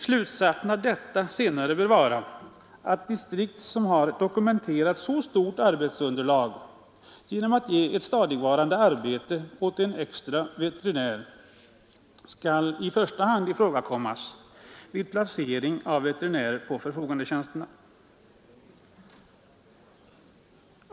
Slutsatsen av detta bör vara att distrikt som har dokumenterat ett stort arbetsunderlag genom att ge stadigvarande arbete åt en extra veterinär skall i första hand ihågkommas vid placering av veterinär på förfogandetjänst.